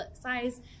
size